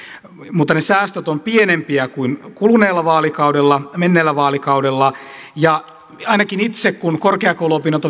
mutta ne säästöt ovat pienempiä kuin kuluneella vaalikaudella menneellä vaalikaudella ja ainakin itse kun korkeakouluopinnot